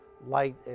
light